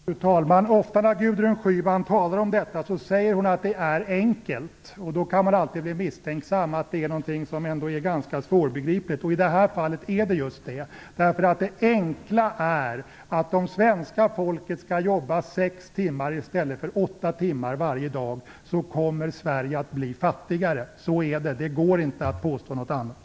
Fru talman! Ofta när Gudrun Schyman talar om detta säger hon att det är enkelt. Då kan man alltid misstänka att det är någonting som ändå är ganska svårbegripligt. I det här fallet är det just så. Det enkla är nämligen att om svenska folket skall jobba sex i stället för åtta timmar varje dag kommer Sverige att bli fattigare. Så är det. Det går inte att påstå någonting annat.